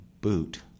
boot